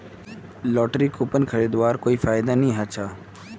lottery coupon खरीदवार कोई फायदा नी ह छ